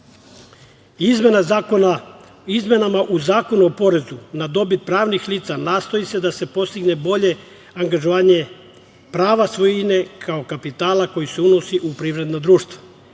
u Zakonu o porezu na dobit pravnih lica nastoji se da se postigne bolje angažovanje prava svojine kao kapitala koji se unosi u privredna društva